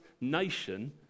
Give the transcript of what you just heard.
nation